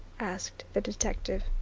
asked the detective.